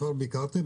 כבר ביקרתי,